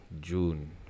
June